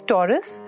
Taurus